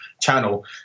channel